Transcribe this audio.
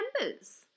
members